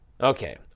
Okay